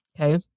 Okay